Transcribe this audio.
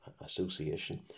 association